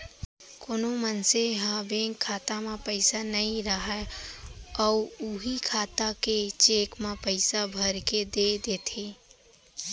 कोनो मनसे ह बेंक खाता म पइसा नइ राहय अउ उहीं खाता के चेक म पइसा भरके दे देथे